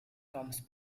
comes